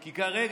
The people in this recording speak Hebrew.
כי כרגע,